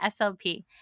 SLP